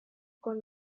con